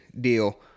deal